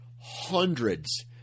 hundreds